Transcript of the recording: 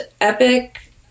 epic